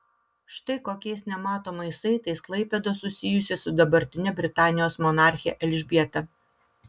štai kokiais nematomais saitais klaipėda susijusi su dabartine britanijos monarche elžbieta